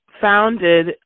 founded